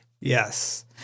Yes